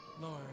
Lord